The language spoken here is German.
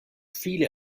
viele